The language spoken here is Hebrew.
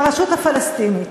ברשות הפלסטינית: